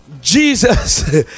jesus